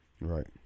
right